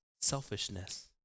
selfishness